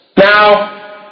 Now